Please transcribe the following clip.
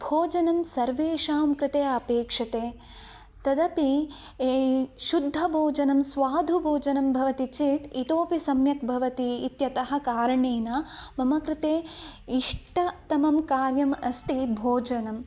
भोजनं सर्वेषां कृते अपेक्षते तदपि शुद्धभोजनं स्वादुभोजनं भवति चेत् इतोऽपि सम्यक् भवति इत्यतः कारणेन मम कृते इष्टतमं कार्यम् अस्ति भोजनम्